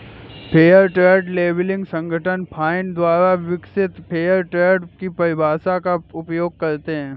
fair trade labelling संगठन FINE द्वारा विकसित फेयर ट्रेड की परिभाषा का उपयोग करते हैं